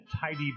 tidy